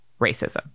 racism